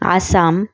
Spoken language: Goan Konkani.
आसाम